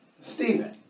Stephen